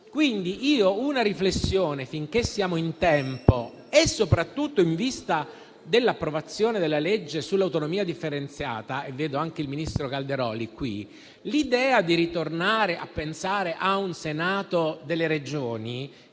vita. Credo che, finché siamo in tempo e soprattutto in vista dell'approvazione della legge sull'autonomia differenziata (vedo presente il ministro Calderoli), l'idea di ritornare a pensare a un Senato delle Regioni